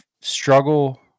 struggle